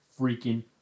freaking